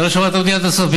אתה לא שמעת אותי עד הסוף,